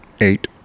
eight